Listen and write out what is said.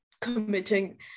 committing